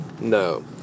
No